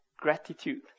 gratitude